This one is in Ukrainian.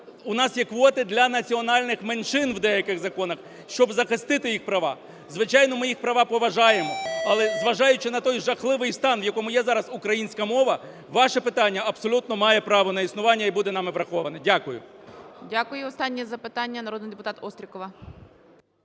у нас є квоти для національних меншин в деяких законах, щоб захистити їх права, звичайно, ми їх права поважаємо. Але зважаючи на той жахливий стан, в якому є зараз українська мова, ваше питання абсолютно має право на існування і буде нами враховане. Дякую. ГОЛОВУЮЧИЙ. Дякую. Останнє запитання народний депутат Острікова.